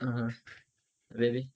a'ah where is he